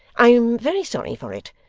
i am very sorry for it,